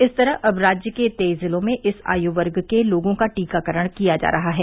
इस तरह अब राज्य के तेईस जिलों में इस आयु वर्ग के लोगों का टीकाकरण किया जा रहा है